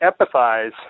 empathize